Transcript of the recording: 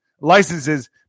licenses